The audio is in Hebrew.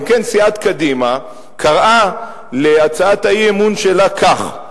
אם כן, סיעת קדימה קראה להצעת האי-אמון שלה כך: